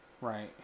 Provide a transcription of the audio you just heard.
right